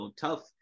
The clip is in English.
tough